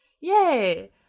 yay